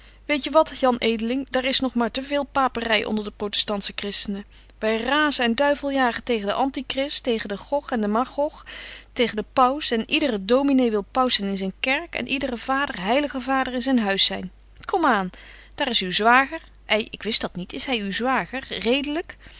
leren weetje wat jan edeling daar is nog maar te veel papery onder de protestantsche christenen wy razen en duiveljagen tegen den antichrist tegen den gog en den magog tegen den paus en ydere dominé wil paus zyn in zyn kerk en ydere vader heilige vader in zyn huis zyn kom aan daar is uw zwager ei ik wist dat niet is hy uw zwager redelyk